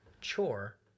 chore